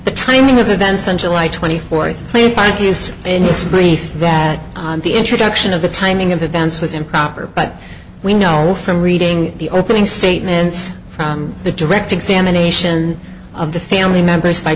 the timing of events on july twenty fourth played by ideas in this brief that the introduction of the timing of events was improper but we know from reading the opening statements from the direct examination of the family members by